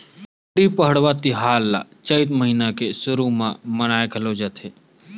गुड़ी पड़वा तिहार ल चइत महिना के सुरू म मनाए घलोक जाथे